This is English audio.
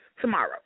tomorrow